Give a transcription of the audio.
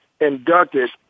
inducted